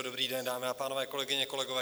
Dobrý den, dámy a pánové, kolegyně, kolegové.